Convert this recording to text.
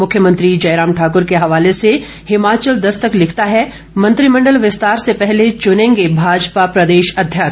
मुख्यमंत्री जयराम ठाकुर के हवाले से हिमाचल दस्तक लिखता है मंत्रिमंडल विस्तार से पहले चुनेंगे भाजपा प्रदेश अध्यक्ष